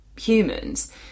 humans